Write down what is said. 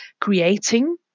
creating